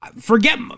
forget